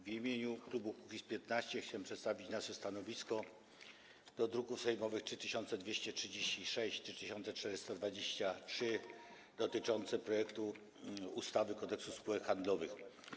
W imieniu klubu Kukiz’15 chciałem przedstawić nasze stanowisko wobec druków sejmowych nr 3236 i 3423, dotyczące projektu ustawy Kodeks spółek handlowych.